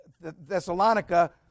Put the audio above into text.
Thessalonica